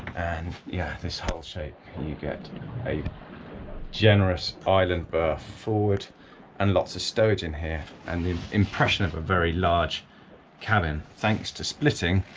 and yeah this hull shape and you get a generous island berth forward and lots of stowage in here and the impression of a very large cabin thanks to splitting